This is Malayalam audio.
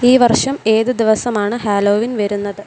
ഈ വർഷം ഏത് ദിവസമാണ് ഹാലോവീൻ വരുന്നത്